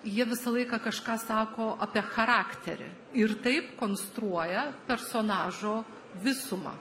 jie visą laiką kažką sako apie charakterį ir taip konstruoja personažo visumą